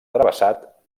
travessat